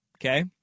Okay